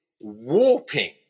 warping